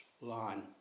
line